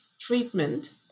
treatment